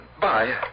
Bye